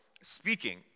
speaking